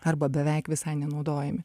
arba beveik visai nenaudojami